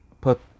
put